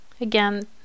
Again